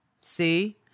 See